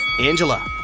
Angela